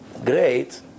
great